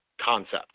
concept